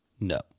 No